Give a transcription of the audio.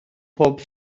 pob